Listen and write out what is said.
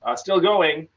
ah still going.